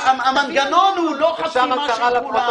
המנגנון הוא לא חסימה של כולם.